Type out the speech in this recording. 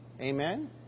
Amen